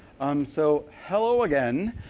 um so hello again.